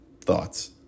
thoughts